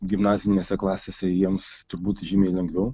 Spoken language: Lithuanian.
gimnazinėse klasėse jiems turbūt žymiai lengviau